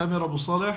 אבו סאלח.